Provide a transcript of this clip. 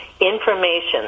information